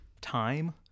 time